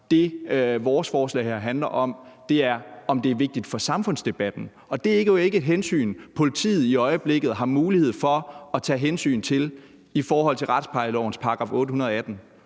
Det, vores forslag her handler om, er, om det er vigtigt for samfundsdebatten. Det er jo ikke et hensyn, som politiet i øjeblikket har mulighed for at tage i forhold til retsplejelovens § 818,